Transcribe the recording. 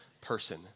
person